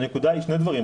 שני דברים.